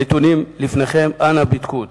הנתונים לפניכם, אנא בדקו אותם.